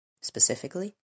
Specifically